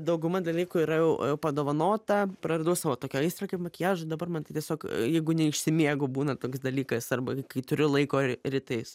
dauguma dalykų yra jau padovanota praradau savo tokią aistrą kaip makiažui dabar man tai tiesiog jeigu neišsimiegu būna toks dalykas arba kai turiu laiko rytais